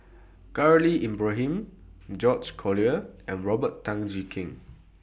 Khalil Ibrahim George Collyer and Robert Tan Jee Keng